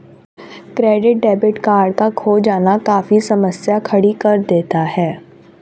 credit debit card का खो जाना काफी समस्या खड़ी कर देता है